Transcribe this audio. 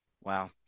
Wow